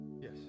Yes